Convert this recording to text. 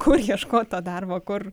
kur ieškot darbo kur